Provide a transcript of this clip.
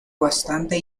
bastante